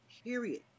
Period